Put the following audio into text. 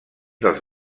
dels